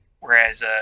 whereas